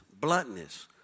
bluntness